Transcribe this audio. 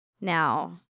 now